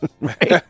right